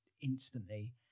instantly